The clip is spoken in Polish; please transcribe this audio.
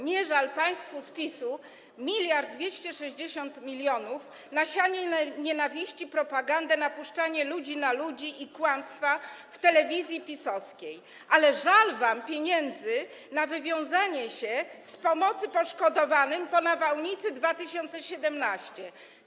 Nie żal państwu z PiS 1260 mln na sianie nienawiści, propagandę, napuszczanie ludzi na ludzi i kłamstwa w telewizji PiS-owskiej, ale żal wam pieniędzy na wywiązanie się z pomocy poszkodowanym po nawałnicy 2017 r.